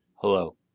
Hello